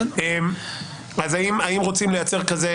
אלה נושאים לדיון.